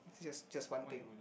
just just one thing